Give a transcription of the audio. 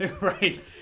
Right